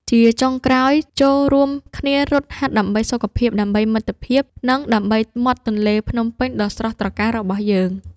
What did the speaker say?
ជាចុងក្រោយ ចូររួមគ្នារត់ដើម្បីសុខភាព ដើម្បីមិត្តភាព និងដើម្បីមាត់ទន្លេភ្នំពេញដ៏ស្រស់ត្រកាលរបស់យើង។